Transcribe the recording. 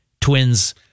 Twins